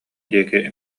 диэки